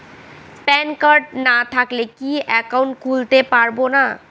Pan card না থাকলে কি একাউন্ট খুলতে পারবো না?